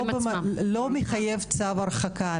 לא מחייב צו הרחקה.